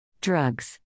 Drugs